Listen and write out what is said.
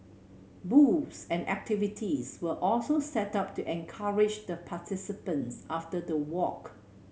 booths and activities were also set up to encourage the participants after the walk